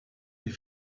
wie